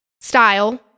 style